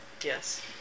Yes